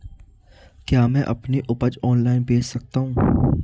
क्या मैं अपनी उपज ऑनलाइन बेच सकता हूँ?